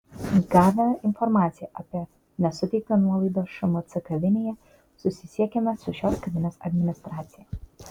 gavę informaciją apie nesuteiktą nuolaidą šmc kavinėje susisiekėme su šios kavinės administracija